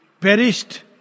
perished